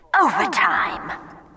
Overtime